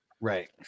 Right